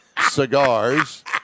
cigars